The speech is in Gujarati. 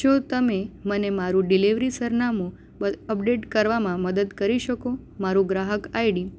શું તમે મને મારું ડિલિવરી સરનામું અપડેટ કરવામાં મદદ કરી શકો મારું ગ્રાહક આઈડી